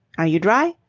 are you dry?